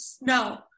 No